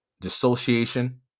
dissociation